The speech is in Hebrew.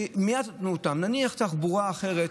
נניח תחבורה אחרת,